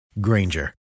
Granger